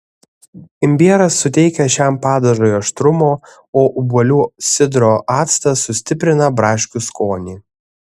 imbieras suteikia šiam padažui aštrumo o obuolių sidro actas sustiprina braškių skonį